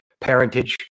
parentage